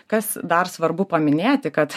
kas dar svarbu paminėti kad